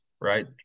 right